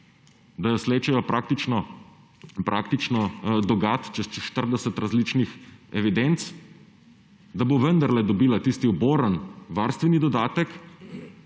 da jo slečejo praktično do gat skozi 40 različnih evidenc, da bo vendarle dobila tisti uborni varstveni dodatek.